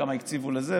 וכמה הקציבו לזה,